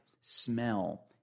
smell